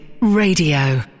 Radio